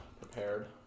prepared